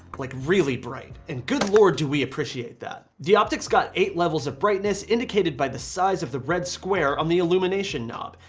like really bright. and good lord, do we appreciate that. the optics got eight levels of brightness indicated by the size of the red square on the illumination knob.